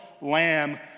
lamb